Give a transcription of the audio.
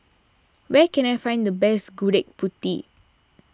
where can I find the best Gudeg Putih